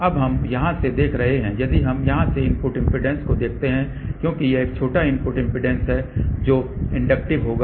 तो अब हम यहाँ से देख रहे हैं यदि हम यहाँ से इनपुट इम्पीडेन्स को देखते हैं क्योंकि यह एक छोटा इनपुट इम्पीडेन्स है जो इंडक्टिव होगा